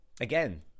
again